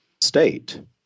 state